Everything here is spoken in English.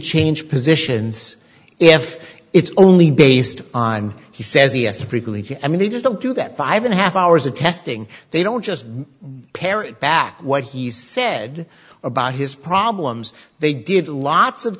change positions if it's only based on he says he has to frequently i mean they just don't do that five and a half hours of testing they don't just parrot back what he said about his problems they did lots of